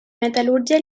metal·lúrgia